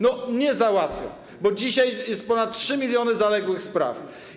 Nie załatwią, bo dzisiaj jest ponad 3 mln zaległych spraw.